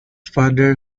father